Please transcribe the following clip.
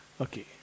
Okay